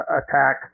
attack